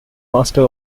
master